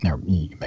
no